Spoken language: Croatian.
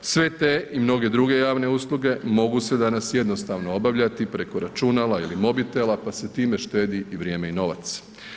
Sve te i mnoge druge javne usluge mogu se danas jednostavno obavljati preko računala ili mobitela, pa se time štedi i vrijeme i novac.